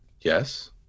yes